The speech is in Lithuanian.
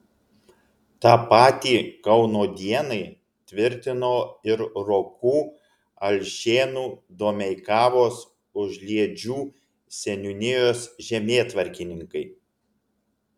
tą patį kauno dienai tvirtino ir rokų alšėnų domeikavos užliedžių seniūnijos žemėtvarkininkai